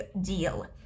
deal